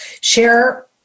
share